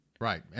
Right